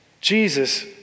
Jesus